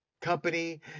company